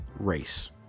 race